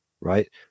right